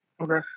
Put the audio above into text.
Okay